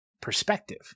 perspective